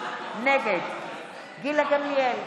נגד גילה גמליאל,